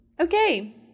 okay